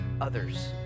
others